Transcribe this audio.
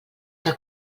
que